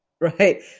Right